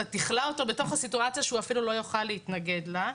אתה תכלא אותו בתוך הסיטואציה שהוא אפילו לא יוכל להתנגד לה,